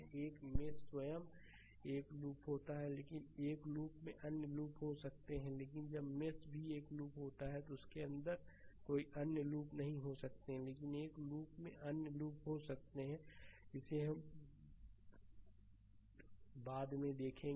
एक मेष स्वयं एक लूप है लेकिन एक लूप में अन्य लूप भी हो सकते हैं लेकिन जब भी मेष एक लूप होती है तो उसके अंदर कोई अन्य लूप नहीं हो सकता है लेकिन एक लूप में अन्य लूप हो सकते हैं जिसे हम बाद में देखेंगे